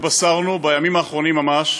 התבשרנו בימים האחרונים ממש,